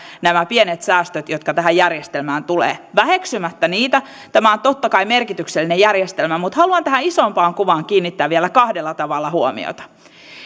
nämä pienet säästöt jotka tähän järjestelmään tulevat koskevat ikään kuin tason säilyttämistä väheksymättä niitä tämä on totta kai merkityksellinen järjestelmä haluan tähän isompaan kuvaan kiinnittää vielä kahdella tavalla huomiota